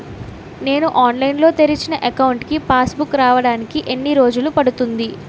నేను ఆన్లైన్ లో తెరిచిన అకౌంట్ కి పాస్ బుక్ రావడానికి ఎన్ని రోజులు పడుతుంది?